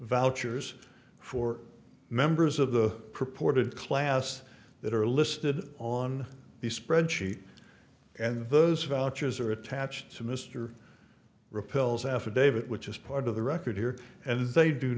vouchers for members of the purported class that are listed on the spreadsheet and those vouchers are attached to mr repels affidavit which is part of the record here and if they do